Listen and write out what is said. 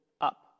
up